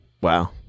Wow